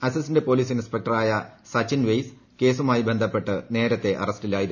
assistant police ഇൻസ്പെക്ടറായ സച്ചിൻ വെയ്സ് കേസുമായി ബന്ധപ്പെട്ട് നേരത്തെ അറസ്റ്റിലായിരുന്നു